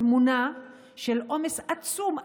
תמונה של עומס עצום,